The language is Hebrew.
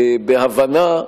בהבנה,